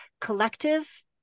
collective